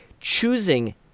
Choosing